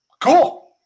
cool